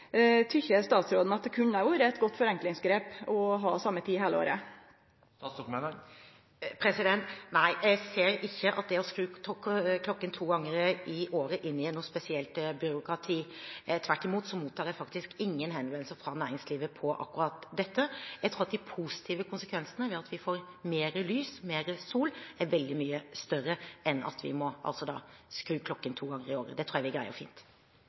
statsråden at det kunne vore eit godt forenklingsgrep å ha same tid heile året? Nei, jeg ser ikke at det å skru på klokken to ganger i året inngir noe spesielt byråkrati. Tvert imot mottar jeg faktisk ingen henvendelser fra næringslivet om akkurat dette. Jeg tror at de positive konsekvensene, ved at vi får mer lys og mer sol, er veldig mye større enn de negative konsekvensene av at vi må skru på klokken to ganger i året. Det tror jeg vi